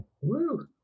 Woo